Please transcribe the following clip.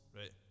right